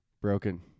broken